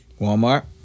Walmart